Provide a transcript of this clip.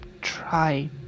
Try